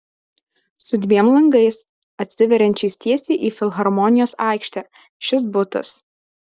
su dviem langais atsiveriančiais tiesiai į filharmonijos aikštę šis butas